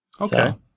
Okay